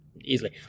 easily